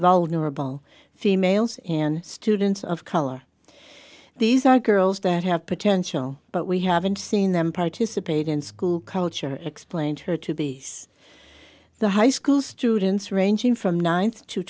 numerable females in students of color these are girls that have potential but we haven't seen them participate in school culture explained her to be as the high school students ranging from ninth to